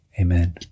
Amen